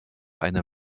eine